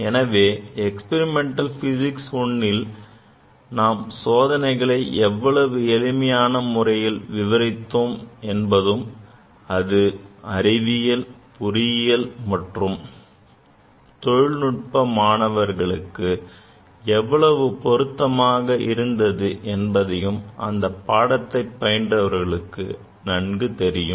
எனவே Experimental Physics I ல் நாம் சோதனைகளை எவ்வளவு எளிமையான முறையில் விவரித்தோம் என்பதும் அது அறிவியல் பொறியியல் மற்றும் தொழில்நுட்ப மாணவர்களுக்கு எவ்வளவு பொருத்தமாக இருந்தது என்பதையும் அந்த பாடத்தை பயின்றவர்களுக்கு நன்கு தெரியும்